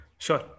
Sure